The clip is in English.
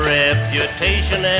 reputation